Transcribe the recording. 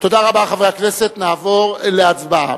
חברי הכנסת, נעבור להצבעה.